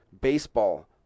baseball